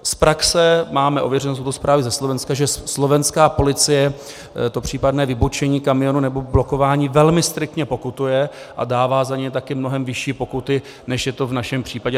Z praxe máme ověřeno jsou to zprávy ze Slovenska že slovenská policie to případné vybočení kamionu nebo blokování velmi striktně pokutuje a dává za ně taky mnohem vyšší pokuty, než je v to v našem případě.